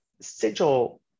Sigil